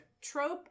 trope